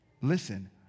Listen